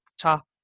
top